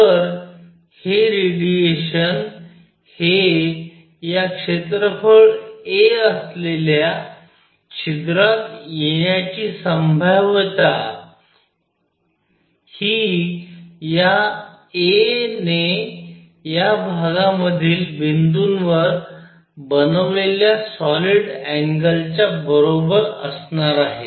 तर हे रेडिएशन हे या क्षेत्रफळ a असलेल्या छिद्रात येण्याची संभाव्यता हि या a ने या भागामधील बिंदूंवर बनवलेल्या सॉलिड अँगल च्या बरोबर असणार आहे